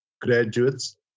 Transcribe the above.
graduates